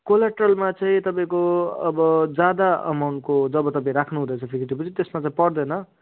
कोलेट्रलमा चाहिँ तपाईँको अब ज्यादा एमाउन्टको जब तपाईँ राख्नुहुँदैछ फिक्स्ड डिपोजिट त्यसमा चाहिँ पर्दैन